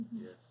Yes